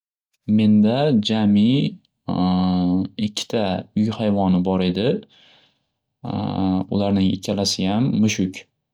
Menda jami ikkita uy hayvoni bor edi. Ularning ikkalasiyam mushuk.